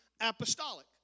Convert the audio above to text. apostolic